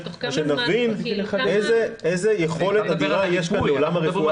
שנבין איזה יכולת אדירה יש כאן לעולם הרפואה.